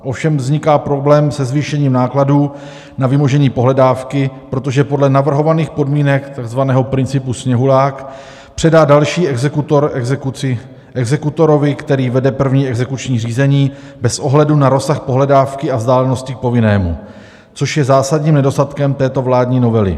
Ovšem vzniká problém se zvýšením nákladů na vymožení pohledávky, protože podle navrhovaných podmínek, takzvaného principu sněhulák, předá další exekutor exekuci exekutorovi, který vede první exekuční řízení, bez ohledu na rozsah pohledávky a vzdálenosti k povinnému, což je zásadním nedostatkem této vládní novely.